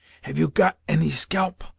have you got any scalp?